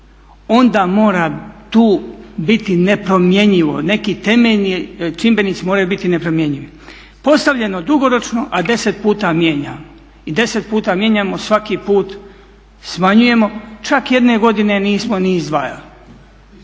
onda mora tu biti nepromjenjivo, neki temeljni čimbenici moraju biti nepromjenjivi. Postavljano dugoročno, a 10 puta mijenjamo, a 10 puta mijenjamo svaki put smanjujemo, čak jedne godine nismo ni izdvajali.